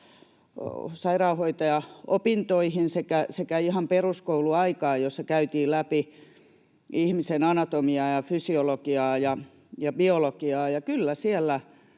sairaanhoitajaopintoihin sekä ihan peruskouluaikaan, jolloin käytiin läpi ihmisen anatomiaa ja fysiologiaa ja biologiaa.